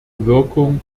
wirkung